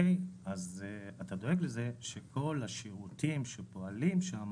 אז אתה דואג לזה שכל השירותים שפועלים שם